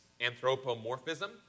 anthropomorphism